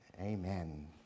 Amen